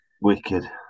Wicked